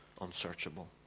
unsearchable